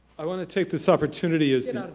i want to take this opportunity is and